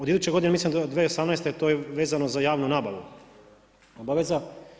Od iduće godine mislim 2018. to je vezano za javnu nabavu, obaveza.